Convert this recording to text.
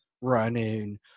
running